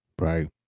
right